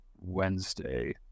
Wednesday